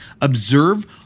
observe